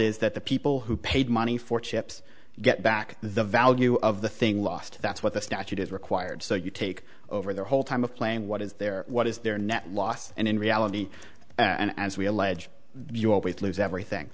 is that the people who paid money for chips get back the value of the thing lost that's what the statute is required so you take over the whole time of playing what is there what is their net loss and in reality and as we allege you always lose everything